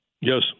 Yes